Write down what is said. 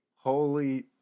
Holy